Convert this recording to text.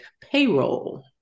payroll